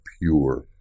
pure